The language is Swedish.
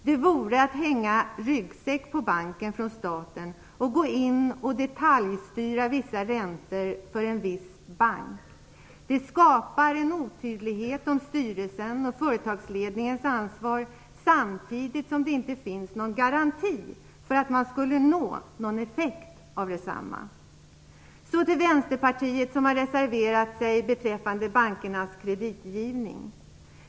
Det vore att hänga ryggsäck på banken, om staten gick in och detaljstyrde vissa räntor för en viss bank. Det skulle skapa en otydlighet om styrelsens och företagsledningens ansvar, eftersom det inte finns någon garanti för att man skulle uppnå någon effekt av detsamma. Så till Vänsterpartiet som har reserverat sig beträffande bankernas kreditgivning.